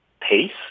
Pace